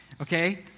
okay